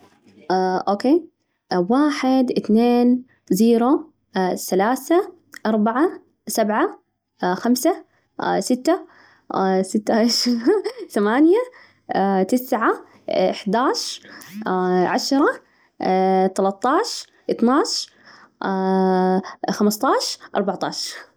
أوكي، واحد، اثنين، زيرو، أثلاثة، أربعة، سبعة، خمسة، ستة، ستةعشر، ثمانية، تسعة، إحدى عشر، عشرة، ثلاثة عشر، اثنا عشر، خمسة عشر، أربعة عشر.